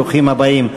ברוכים הבאים.